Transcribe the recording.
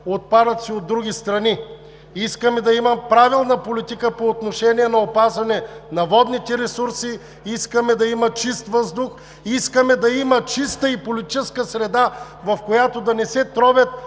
отпадъци от други страни. Искаме да има правилна политика по отношение на опазване на водните ресурси. Искаме да има чист въздух. Искаме да има и чиста политическа среда, в която да не се тровят